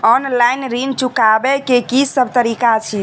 Online ऋण चुकाबै केँ की सब तरीका अछि?